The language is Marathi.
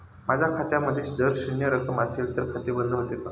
माझ्या खात्यामध्ये जर शून्य रक्कम असेल तर खाते बंद होते का?